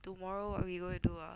tomorrow what we going do ah